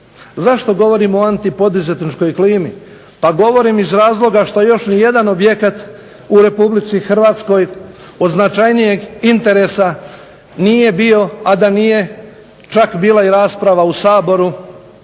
Zašto govorim o anti poduzetničkoj klimi? Pa govorim iz razloga šta još ni jedan objekat u Republici Hrvatskoj od značajnijeg interesa nije bio, a da nije čak bila i rasprava u Saboru,